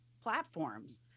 platforms